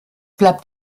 bleibt